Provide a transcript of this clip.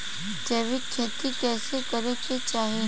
जैविक खेती कइसे करे के चाही?